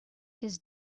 his